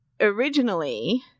originally